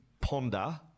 ponder